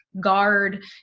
guard